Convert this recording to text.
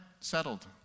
settled